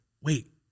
wait